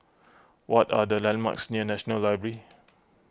what are the landmarks near National Library